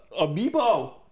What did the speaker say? amiibo